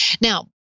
Now